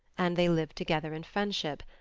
and they lived together in friendship,